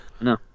No